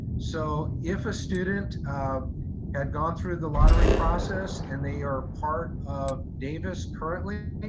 so if a student had gone through the lottery process and they are part of davis currently,